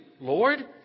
Lord